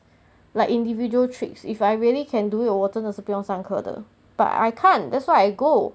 like individual tricks if I really can do it 我真的是不用上课的 but I can't that's why I go